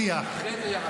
פה,